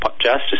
Justice